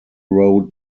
road